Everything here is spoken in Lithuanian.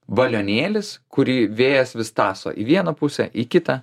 balionėlis kurį vėjas vis tąso į vieną pusę į kitą